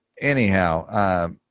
Anyhow